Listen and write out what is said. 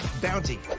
Bounty